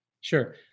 Sure